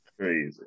Crazy